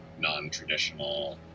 non-traditional